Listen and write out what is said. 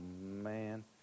man